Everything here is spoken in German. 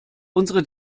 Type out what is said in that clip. unsere